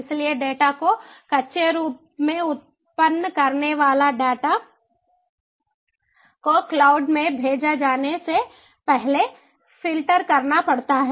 इसलिए डेटा को कच्चे रूप में उत्पन्न करने वाले डेटा को क्लाउड में भेजे जाने से पहले फ़िल्टर करना पड़ता है